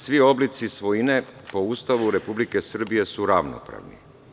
Svi oblici svojine, po Ustavu Republike Srbije, su ravnopravni.